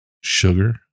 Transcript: sugar